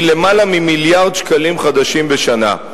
היא למעלה ממיליארד שקלים חדשים בשנה.